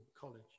college